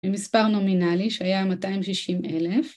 במספר נומינלי שהיה 260,000